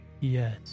Yes